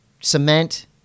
cement